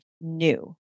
new